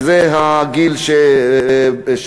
וזה הגיל של